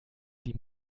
die